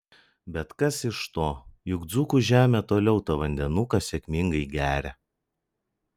bet kas iš to juk dzūkų žemė toliau tą vandenuką sėkmingai geria